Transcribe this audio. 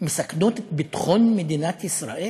שמסכנות את ביטחון מדינת ישראל?